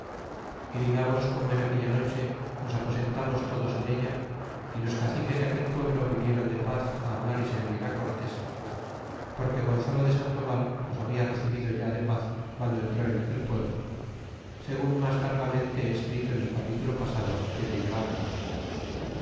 y digamos como en aquella noche nos aposentamos todos en ella y los caciques de aquel pueblo vinieron de paz á hablar y servir cortes porque gonzalo de sandoval los habia recebido ya de paz guando entró en aquel pueblo segun mas largamente he escrito en el capítulo pasado que dello habla